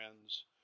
friends